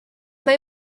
mae